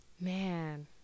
Man